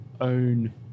own